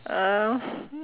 uh